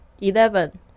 Eleven